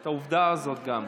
העובדה הזאת גם.